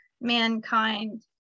mankind